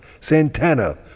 Santana